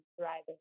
driving